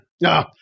No